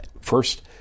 first